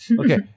Okay